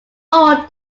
all